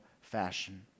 fashion